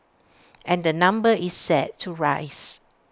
and the number is set to rise